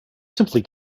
simply